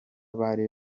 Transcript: bari